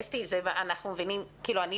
אסתי, אני מבינה